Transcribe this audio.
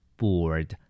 bored